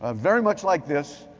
ah very much like this,